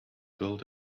build